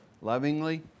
lovingly